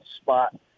spot